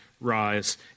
rise